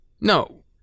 no